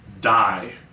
die